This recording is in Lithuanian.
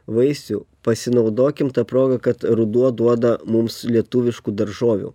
vaisių pasinaudokim ta proga kad ruduo duoda mums lietuviškų daržovių